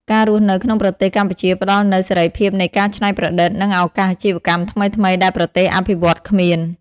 ការរស់នៅក្នុងប្រទេសកម្ពុជាផ្តល់នូវ "សេរីភាពនៃការច្នៃប្រឌិត" និងឱកាសអាជីវកម្មថ្មីៗដែលប្រទេសអភិវឌ្ឍន៍គ្មាន។